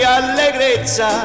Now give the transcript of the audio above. allegrezza